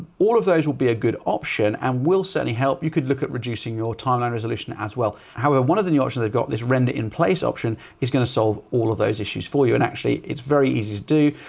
all of those will be a good option and will certainly help. you could look at reducing your timeline resolution as well. however, one of the new options they've got this render in place option is going to solve all of those issues for you. and actually it's very easy to do.